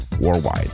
worldwide